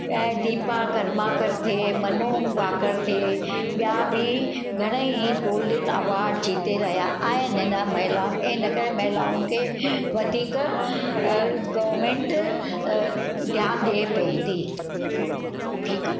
ऐं दिपा कर्माकर थिए मनू वाकर थिए ॿिया बि घणा ई गोल्डन अवार्ड जीते रहिया आहिनि हिन महिलाऊनि के इन करे महिलाऊं खे वधीक अ गॉर्मेंट अ ध्यानु ॾिए पई थी ठीकु आहे